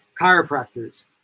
chiropractors